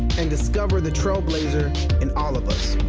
and discover the trailblazer in all of us.